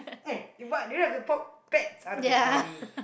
hey what do you have to pop pets out of your body